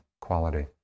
quality